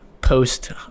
post